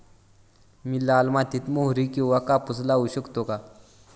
मी लाल मातीत मोहरी किंवा कापूस लावू शकतो का?